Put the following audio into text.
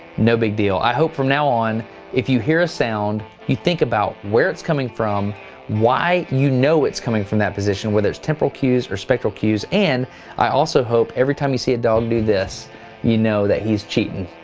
no big deal. i hope from now on if you hear a sound, you think about where it's coming from why you know it's coming from that position, whether it's temporal cues or spectral cues, and i also hope every time you see a dog do this you know that he's cheating.